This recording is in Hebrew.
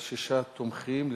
ברוב של שישה תומכים,